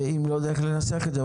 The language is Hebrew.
לא יודע איך לנסח את זה,